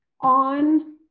on